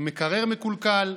עם מקרר מקולקל,